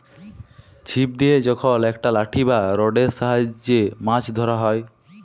ছিপ দিয়ে যখল একট লাঠি বা রডের সাহায্যে মাছ ধ্যরা হ্যয়